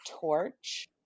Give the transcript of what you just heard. torch